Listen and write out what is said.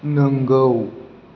नोंगौ